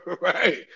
Right